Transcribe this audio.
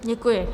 Děkuji.